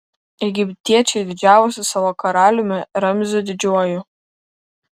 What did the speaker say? egiptiečiai didžiavosi savo karaliumi ramziu didžiuoju